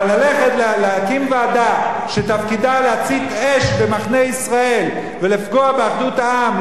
אבל ללכת להקים ועדה שתפקידה להצית אש במחנה ישראל ולפגוע באחדות העם,